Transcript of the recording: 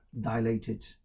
dilated